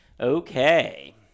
Okay